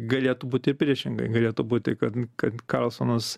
galėtų būti ir priešingai galėtų būti kad kad karlsonas